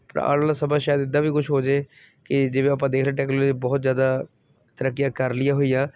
ਪਰ ਆਉਣ ਵਾਲਾ ਸਮਾਂ ਸ਼ਾਇਦ ਇੱਦਾਂ ਵੀ ਕੁਛ ਹੋ ਜਾਵੇ ਕਿ ਜਿਵੇਂ ਆਪਾਂ ਦੇਖ ਰਹੇ ਟੈਕਲੋਲੋਜੀ ਬਹੁਤ ਜ਼ਿਆਦਾ ਤਰੱਕੀਆਂ ਕਰ ਲਈਆਂ ਹੋਈਆਂ